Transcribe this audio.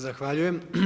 Zahvaljujem.